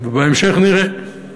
ובהמשך נראה.